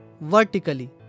vertically